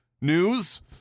news